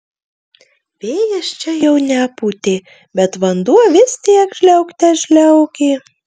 vėjas čia jau nepūtė bet vanduo vis tiek žliaugte žliaugė